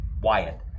Wyatt